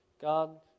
God